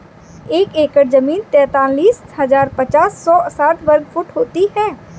एक एकड़ जमीन तैंतालीस हजार पांच सौ साठ वर्ग फुट होती है